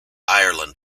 ireland